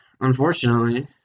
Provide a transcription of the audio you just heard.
Unfortunately